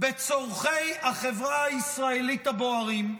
בצורכי החברה הישראלית הבוערים,